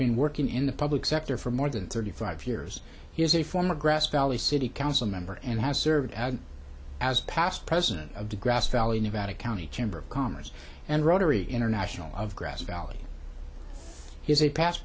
been working in the public sector for more than thirty five years he is a former grass valley city council member and has served as a past president of the grass valley nevada county chamber of commerce and rotary international of grass valley